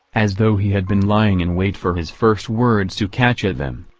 as though he had been lying in wait for his first words to catch at them.